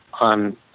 on